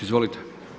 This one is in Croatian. Izvolite.